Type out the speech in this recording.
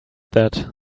that